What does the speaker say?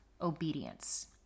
obedience